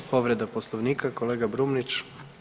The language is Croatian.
Povreda Poslovnika, kolega Brumnić.